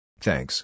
Thanks